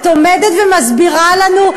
את עומדת ומסבירה לנו,